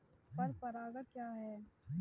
पर परागण क्या है?